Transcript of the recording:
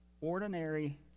ordinary